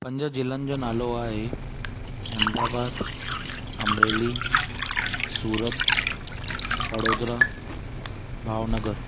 पंज जिलनि जो नालो आहे अहमदाबाद अमरेली सूरत वडोदरा भावनगर